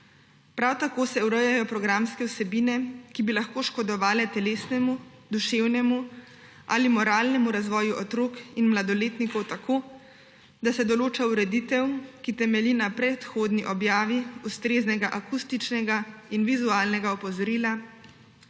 Prav tako se urejajo programske vsebine, ki bi lahko škodovale telesnemu, duševnemu ali moralnemu razvoju otrok in mladoletnikov, tako da se določa ureditev, ki temelji na predhodni objavi ustreznega akustičnega in vizualnega opozorila,